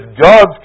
God's